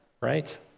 Right